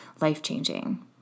life-changing